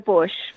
Bush